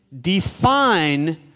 Define